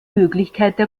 möglichkeiten